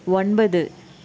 ஒன்பது